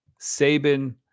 Saban